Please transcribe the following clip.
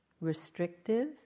restrictive